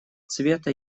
цвета